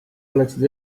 oleksid